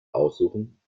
aussuchen